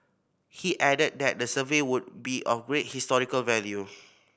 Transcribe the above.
he added that the survey would be of great historical value